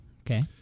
okay